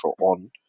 on